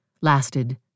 lasted